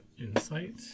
insight